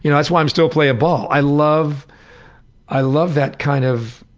you know that's why i'm still playing ball. i love i love that kind of